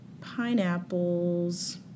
pineapples